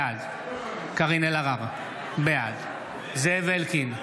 בעד קארין אלהרר, בעד זאב אלקין,